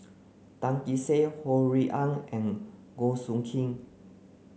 Tan Kee Sek Ho Rui An and Goh Soo Khim